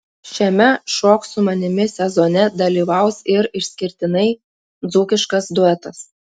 šiame šok su manimi sezone dalyvaus ir išskirtinai dzūkiškas duetas